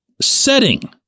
setting